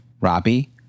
Robbie